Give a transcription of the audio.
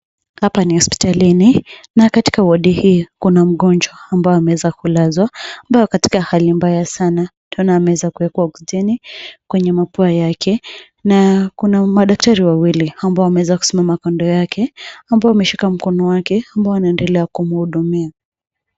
Hapa ni hospitalini na katika wodi hii kuna mgonjwa ambaye ameweza kulazwa, ambaye ako katika hali mbaya sana. Tunaona amewekwa oksijeni kwenye mapua yake na kuna madaktari wawili ambao wameweza kusimama kando yake ambao wameshika mkono wake ambao wanaendelea kumhudumia.